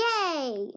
Yay